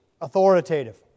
authoritative